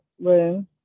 room